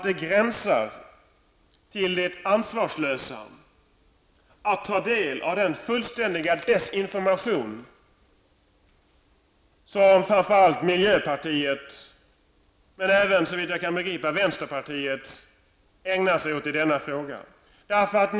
Den fullständiga desinformation som framför allt miljöpartiet, och även såvitt jag kan begripa även vänsterpartiet, ägnar sig åt i denna fråga gränsar till det ansvarslösa.